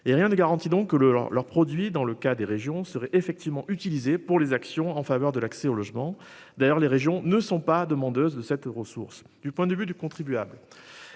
et rien ne garantit donc que le leur, leur produit dans le cas des régions seraient effectivement utilisé pour les actions en faveur de l'accès au logement. D'ailleurs, les régions ne sont pas demandeuses de cette ressource du point de vue du contribuable.